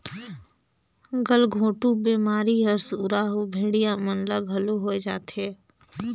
गलघोंटू बेमारी हर सुरा अउ भेड़िया मन ल घलो होय जाथे